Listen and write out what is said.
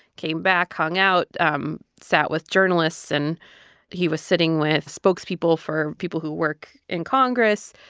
came back, hung out, um sat with journalists. and he was sitting with spokespeople for people who work in congress.